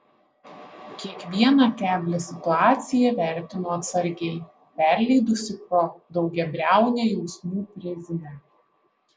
kiekvieną keblią situaciją vertino atsargiai perleidusi pro daugiabriaunę jausmų prizmę